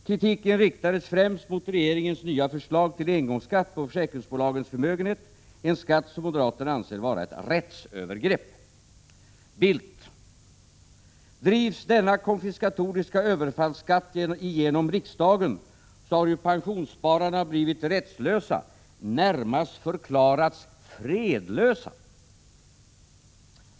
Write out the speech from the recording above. Kritiken riktades främst mot regeringens nya förslag till engångsskatt på —- BILDT Drivs denna konfiskatoriska överfallsskatt igenom riksdagen så Ajo cg oo har ju pensionsspararna blivit rättslösa, närmast förklarats fredlösa.